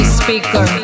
speaker